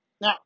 Now